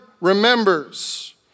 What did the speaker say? remembers